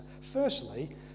Firstly